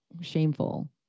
shameful